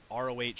ROH